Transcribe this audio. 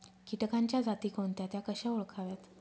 किटकांच्या जाती कोणत्या? त्या कशा ओळखाव्यात?